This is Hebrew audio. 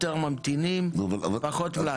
יותר ממתינים, פחות מלאי.